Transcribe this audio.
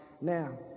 now